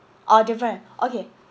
orh different okay